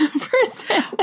person